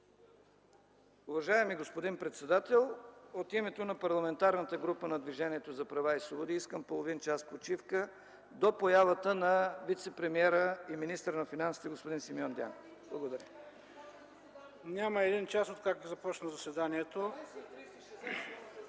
Уважаеми господин председател, от името на Парламентарната група на Движението за права и свободи искам половин час почивка до появата на вицепремиера и министър на финансите господин Симеон Дянков. Благодаря. ИСКРА ФИДОСОВА (ГЕРБ, от място):